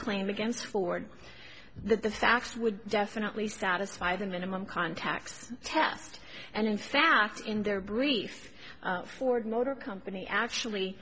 claim against ford that the facts would definitely satisfy the minimum contacts test and in fact in their brief ford motor company actually